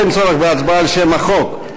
אין צורך בהצבעה על שם החוק,